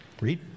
Read